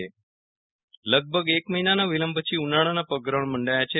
વીરલ રાણા હવામાન લગભગ એક મહિનાના વિલંબ પછી ઉનાળાના પગરવ મંડાયા છે